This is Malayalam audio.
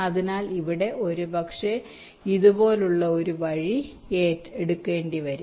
അതിനാൽ ഇവിടെ ഒരുപക്ഷേ ഇതുപോലുള്ള ഒരു വഴി എടുക്കേണ്ടിവരും